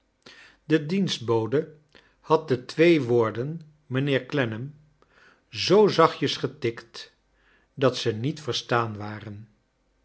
de dienstbode had de twee woorden mijnheer clennam zoo zachtjes getikt dat ze niet verstaan waren